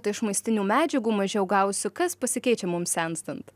tai aš maistinių medžiagų mažiau gausiu kas pasikeičia mums senstant